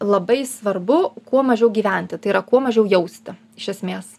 labai svarbu kuo mažiau gyventi tai yra kuo mažiau jausti iš esmės